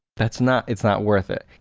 that's not it's not worth it.